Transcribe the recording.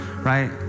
right